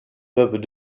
peuvent